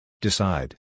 Decide